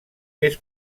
més